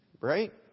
Right